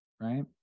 Right